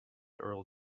earl